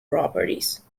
properties